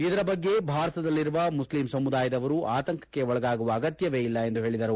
ಇದರ ಬಗ್ಗೆ ಭಾರತದಲ್ಲಿರುವ ಮುಸ್ಲಿಂ ಸಮುದಾಯದವರು ಆತಂಕಕ್ಕೆ ಒಳಗಾಗುವ ಅಗತ್ಯವೇ ಇಲ್ಲ ಎಂದು ತಿಳಿಸಿದರು